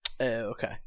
Okay